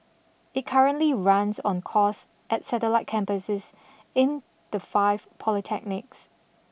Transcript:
it currently runs on course at satellite campuses in the five polytechnics